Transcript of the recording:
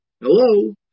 hello